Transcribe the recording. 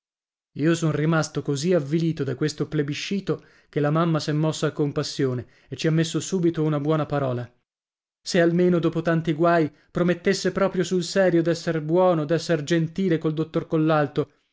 io son rimasto così avvilito da questo plebiscito che la mamma s'è mossa a compassione e ci ha messo subito una buona parola se almeno dopo tanti guai promettesse proprio sul serio desser buono desser gentile col dottor collalto